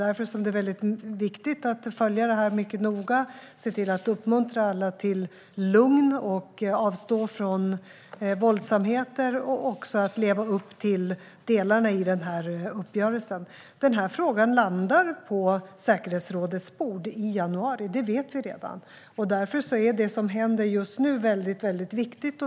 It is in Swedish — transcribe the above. Därför är det viktigt att följa detta mycket noga, och se till att uppmuntra alla att vara lugna, avstå från våldsamheter och leva upp till delarna i uppgörelsen. Frågan kommer att landa på säkerhetsrådets bord i januari. Det vet vi redan. Därför är det som händer just nu väldigt viktigt.